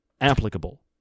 applicable